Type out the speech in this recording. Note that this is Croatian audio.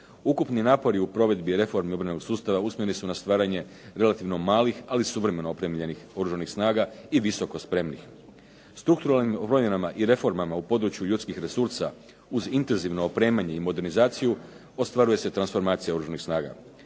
Ukupni napori u provedbi reforme obrambenog sustava usmjereni su na stvaranje relativno malih ali suvremeno opremljenih Oružanih snaga, i visokospremnih. Strukturalnim …/Govornik se ne razumije./… i reformama u području ljudskih resursa uz intenzivno opremanje i modernizaciju ostvaruje se transformacija Oružanih snaga.